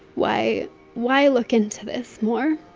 why why look into this more?